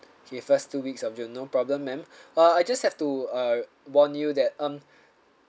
okay first two weeks of june no problem ma'am uh I just have to uh warn you that um